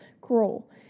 cruel